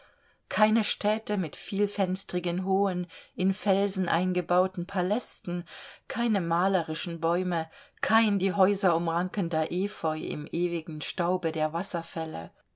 keine städte mit vielfenstrigen hohen in felsen eingebauten palästen keine malerischen bäume kein die häuser umrankender efeu im ewigen staube der wasserfälle